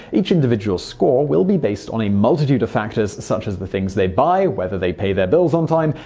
each individual's score will be based on a multitude of factors such as the things they buy, whether they pay their bills on time,